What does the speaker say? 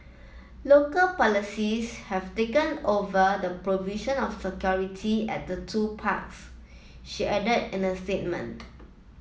local polices have taken over the provision of security at the two parks she added in a statement